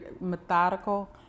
methodical